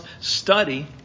study